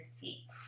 feet